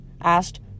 asked